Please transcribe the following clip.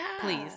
please